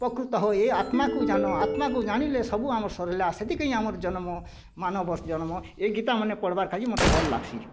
ଉପକୃତ ହୁଏ ଏ ଆତ୍ମାକୁ ଜାନ ଆତ୍ମାକୁ ଜାଣିଲେ ସବୁ ଆମର ସରିଲା ସେଥିକେଇଁ ଆମର ଜନମ୍ ମାନବ ଜନମ୍ ଏଇ ଗୀତାମାନେ ପଢ଼ିବା କାଜି ମୋତେ ଭଲ ଲାଗସି